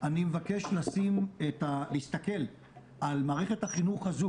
אני מבקש להסתכל על מערכת החינוך הזו